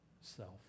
self